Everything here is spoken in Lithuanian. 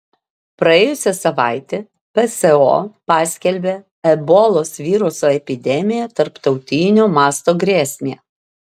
praėjusią savaitę pso paskelbė ebolos viruso epidemiją tarptautinio masto grėsme